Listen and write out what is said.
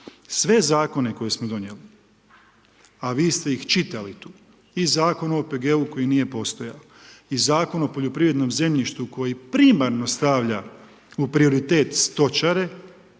Sve zakone koje smo donijeli, a vi ste ih čitali tu, i Zakon o OPG-u koji nije postojao, i Zakon o poljoprivrednom zemljištu koji primarno stavlja u prioritet stočare